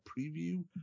preview